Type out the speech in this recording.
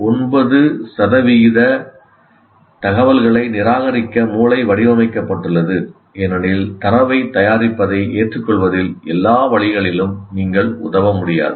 9 சதவிகித தகவல்களை நிராகரிக்க மூளை வடிவமைக்கப்பட்டுள்ளது ஏனெனில் தரவை தயாரிப்பதை ஏற்றுக்கொள்வதில் எல்லா வழிகளிலும் நீங்கள் உதவ முடியாது